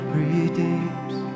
redeems